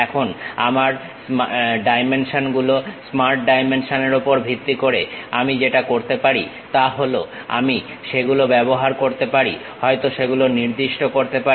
এখন আমার ডাইমেনশন গুলো স্মার্ট ডাইমেনশনের ওপর ভিত্তি করে আমি যেটা করতে পারি তা হল আমি সেগুলো ব্যবহার করতে পারি হয়তো সেগুলো নির্দিষ্ট করতে পারি